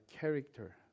character